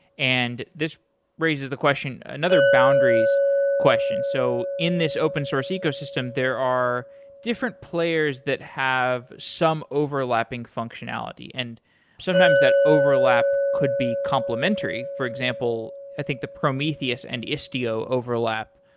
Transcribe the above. and this raises the question another boundaries question. so in this open source ecosystem, there are different players that have some overlapping functionality, and sometimes that overlap could be complementary. for example, i think the prometheus and istio overlap,